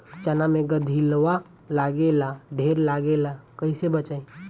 चना मै गधयीलवा लागे ला ढेर लागेला कईसे बचाई?